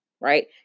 Right